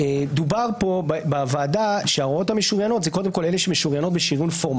יש קו כרגע שיש אנשים שקרובים מאוד לחצות אותו,